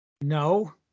No